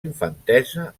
infantesa